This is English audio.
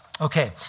Okay